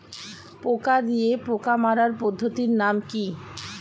পোকা দিয়ে পোকা মারার পদ্ধতির নাম কি?